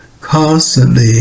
Constantly